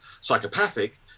psychopathic